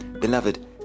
Beloved